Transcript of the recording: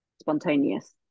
spontaneous